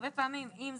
הרבה פעמים אם זה,